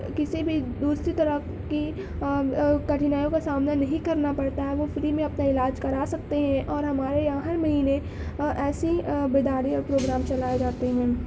کسی بھی دوسری طرح کی کٹھِنائیوں کا سامنا نہیں کرنا پڑتا ہے وہ فری میں اپنا علاج کرا سکتے ہیں اور ہمارے یہاں ہر مہینے ایسی بیداری کے پروگرام چلائے جاتے ہیں